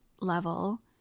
level